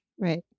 Right